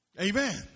Amen